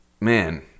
Man